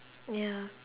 ya